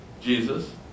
Jesus